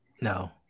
No